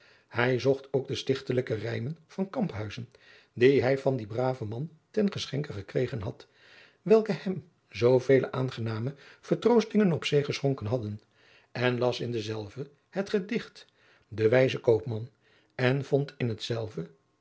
hij zocht ook de stichtelijke rijmen van kamphuyzen die hij van dien braven man ten geschenke adriaan loosjes pzn het leven van maurits lijnslager gekregen had welke hem zoovele aangename vertroostingen op zee geschonken hadden en las in dezelve het gedicht de wijze koopman en vond in hetzelve